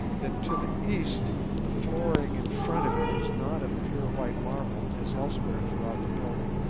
that to the east the flooring in front of it is not of pure white marble, as elsewhere throughout the building,